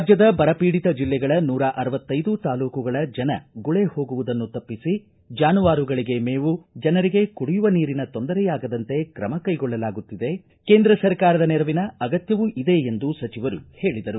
ರಾಜ್ಯದ ಬರ ಪೀಡಿತ ಜಿಲ್ಲೆಗಳ ಜನ ಗುಳೆ ಹೋಗುವುದನ್ನು ತಪ್ಪಿಸಿ ಜಾನುವಾರುಗಳಗೆ ಮೇವು ಜನರಿಗೆ ಕುಡಿಯುವ ನೀರಿನ ತೊಂದರೆಯಾಗದಂತೆ ಕ್ರಮ ಕೈಗೊಳ್ಳಲಾಗುತ್ತಿದೆ ಕೇಂದ್ರ ಸರ್ಕಾರದ ನೆರವಿನ ಅಗತ್ಯವೂ ಇದೆ ಎಂದು ಸಚಿವರು ಹೇಳಿದರು